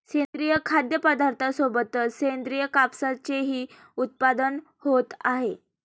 सेंद्रिय खाद्यपदार्थांसोबतच सेंद्रिय कापसाचेही उत्पादन होत आहे